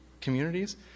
communities